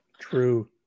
True